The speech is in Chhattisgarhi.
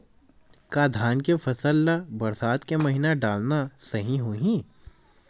का धान के फसल ल बरसात के महिना डालना सही होही?